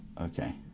Okay